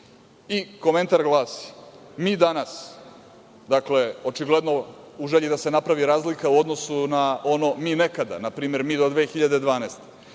Komentar glasi – mi danas, dakle očigledno u želji da se napravi razlika u odnosu na ono mi nekada, npr. mi do 2012.